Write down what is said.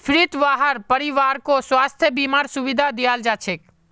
फ्रीत वहार परिवारकों स्वास्थ बीमार सुविधा दियाल जाछेक